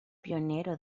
pionero